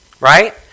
Right